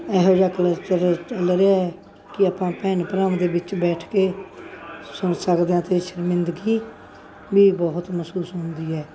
ਇਹੋ ਜਿਹਾ ਕਲਚਰ ਚੱਲ ਰਿਹਾ ਹੈ ਕਿ ਆਪਾਂ ਭੈਣ ਭਰਾਵਾਂ ਦੇ ਵਿੱਚ ਬੈਠ ਕੇ ਸੁਣ ਸਕਦੇ ਹਾਂ ਅਤੇ ਸ਼ਰਮਿੰਦਗੀ ਵੀ ਬਹੁਤ ਮਹਿਸੂਸ ਹੁੰਦੀ ਹੈ